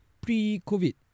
pre-COVID